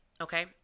okay